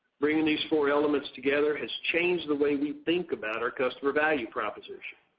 bringing these four elements together has changed the way we think about our customer value proposition.